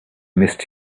missed